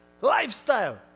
Lifestyle